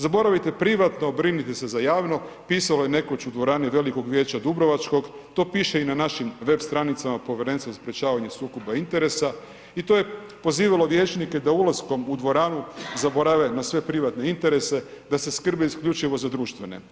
Zaboravite privatno, brinuti se za javno, pisalo je nekoć u dvorani velikog vijeća dubrovačkog, to piše i na našim web stranicama Povjerenstva za sprječavanje sukoba interesa i to je pozivalo vijećnike da ulaskom u dvoranu zaborave na sve privatne interese, da se skrbe isključivo za društvene.